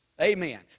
amen